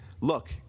look